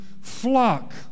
flock